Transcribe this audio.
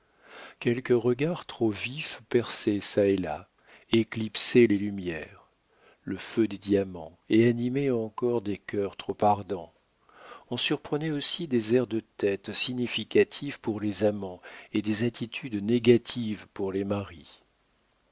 quelques regards trop vifs perçaient çà et là éclipsaient les lumières le feu des diamants et animaient encore des cœurs trop ardents on surprenait aussi des airs de tête significatifs pour les amants et des attitudes négatives pour les maris